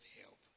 help